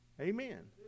amen